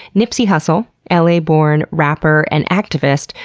nipsey hussle ah la-born rapper and activist,